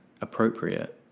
appropriate